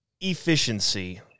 efficiency